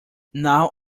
now